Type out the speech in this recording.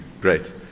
Great